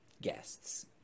guests